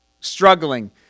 struggling